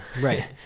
Right